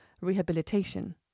rehabilitation